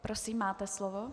Prosím, máte slovo.